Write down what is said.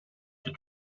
que